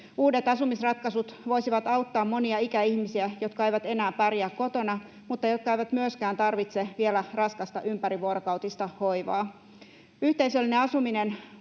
Uudet asumisratkaisut voisivat auttaa monia ikäihmisiä, jotka eivät enää pärjää kotona, mutta jotka eivät myöskään tarvitse vielä raskasta ympärivuorokautista hoivaa. Yhteisöllinen asuminen